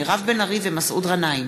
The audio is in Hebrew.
מירב בן ארי ומסעוד גנאים